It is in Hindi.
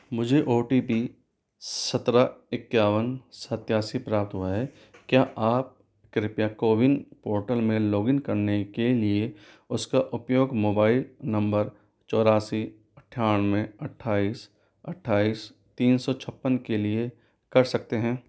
मुझे ओ टी पी सत्रह इक्यावन सतासी प्राप्त हुआ है क्या आप कृपया कोविन पोर्टल में लॉगिन करने के लिए उसका उपयोग मोबाइल नम्बर चौरासी अट्ठानवे अट्ठाईस अट्ठाईस तीन सौ छप्पन के लिए कर सकते हैं